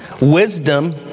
Wisdom